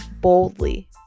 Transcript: boldly